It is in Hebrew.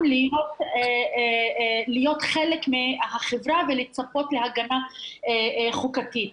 להיות חלק מהחברה ולצפות להגנה חוקתית.